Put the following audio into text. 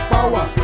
Power